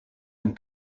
een